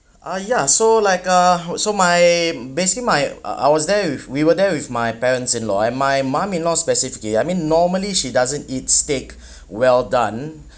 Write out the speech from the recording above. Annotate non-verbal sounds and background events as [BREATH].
ah ya so like uh so my basically my uh I was there with we were there with my parents-in-law and my mum-in-law specifically I mean normally she doesn't eat steak [BREATH] well done